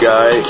Guy